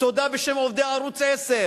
תודה בשם עובדי ערוץ-10,